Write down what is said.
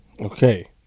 Okay